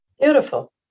Beautiful